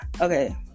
Okay